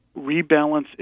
rebalance